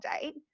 date